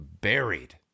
buried